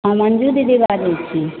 हम अन्जु दीदी बाजै छी